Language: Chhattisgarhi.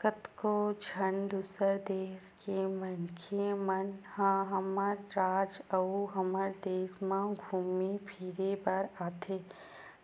कतको झन दूसर देस के मनखे मन ह हमर राज अउ हमर देस म घुमे फिरे बर आथे